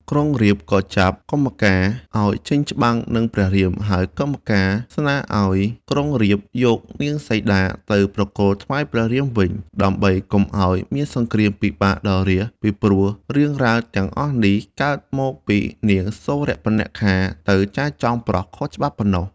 ក្រុរាពណ៍ក៏ចាត់កុម្ពកាណ៍ ឱ្យចេញច្បាំងនឹងព្រះរាមហើយកុម្ពកាណ៍ស្នើឱ្យក្រុងរាពណ៍ យកនាងសីតាទៅប្រគល់ថ្វាយព្រះរាមវិញ ដើម្បីកុំឱ្យមានសង្គ្រាមពិបាកដល់រាស្ត្រពីព្រោះរឿងរាវទាំងអស់នេះ កើតមកពីនាងសូរបនខាទៅចែចង់ប្រុសខុសច្បាប់ប៉ុណ្ណោះ។